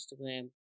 Instagram